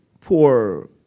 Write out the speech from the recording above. poor